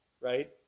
right